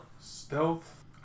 Stealth